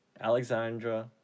Alexandra